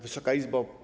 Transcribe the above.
Wysoka Izbo!